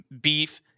beef